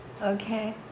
Okay